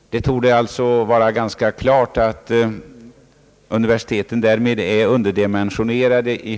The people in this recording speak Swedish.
Det torde alltså vara ganska klart att universiteten därmed är i hög grad underdimensionerade.